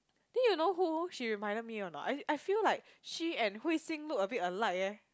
then you know who she reminded me or not I I feel like she and Hui Xin look a bit alike eh